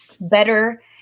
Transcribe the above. better